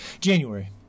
January